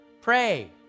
Pray